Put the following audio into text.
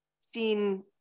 seen